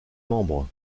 membre